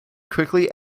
quickly